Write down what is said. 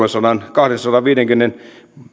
kahdensadanviidenkymmenen